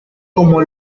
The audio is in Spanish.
como